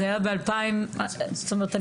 זאת אומרת,